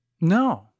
No